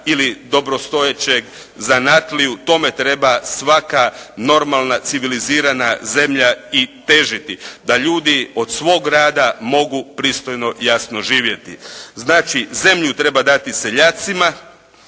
ili dobrostojećeg zanatliju, tome treba svaka normalna, civilizirana zemlja i težiti da ljudi od svog rada mogu pristojno, jasno živjeti. Znači zemlju treba dati seljacima,